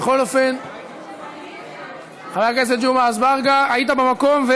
חבר הכנסת ג'מעה אזברגה, היית במקום?